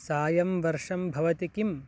सायं वर्षं भवति किम्